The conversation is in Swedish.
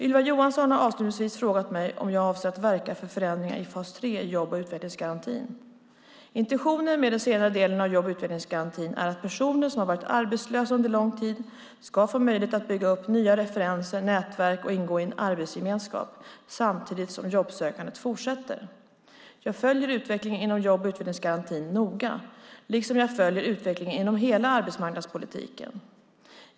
Ylva Johansson har avslutningsvis frågat mig om jag avser att verka för förändringar i fas 3 i jobb och utvecklingsgarantin. Intentionen med den senare delen av jobb och utvecklingsgarantin är att personer som har varit arbetslösa under lång tid ska få möjlighet att bygga upp nya referenser och nätverk och ingå i en arbetsgemenskap samtidigt som jobbsökandet fortsätter. Jag följer utvecklingen inom jobb och utvecklingsgarantin noga, liksom jag följer utvecklingen inom hela arbetsmarknadspolitiken.